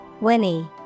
Winnie